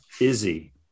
Izzy